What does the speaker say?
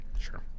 sure